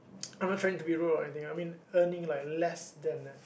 I'm not trying to be rude or anything I mean earning less than a